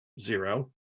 Zero